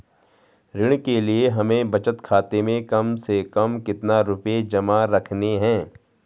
ऋण के लिए हमें बचत खाते में कम से कम कितना रुपये जमा रखने हैं?